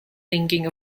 thinking